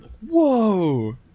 Whoa